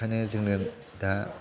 ओंखायनो जोङो दा